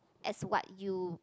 as what you